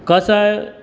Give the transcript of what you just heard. कसाय